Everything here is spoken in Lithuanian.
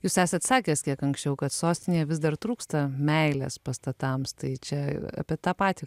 jūs esat sakęs kiek anksčiau kad sostinėje vis dar trūksta meilės pastatams tai čia apie tą patį